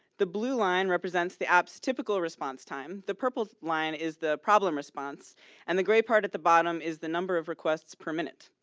the blue line represents the apps typical response time. the purple line is the problem response and the gray part at the bottom is the number of requests per minute.